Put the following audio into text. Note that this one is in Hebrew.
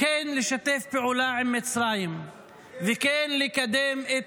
כן לשתף פעולה עם מצרים וכן לקדם את